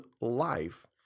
life